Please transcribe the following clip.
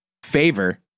favor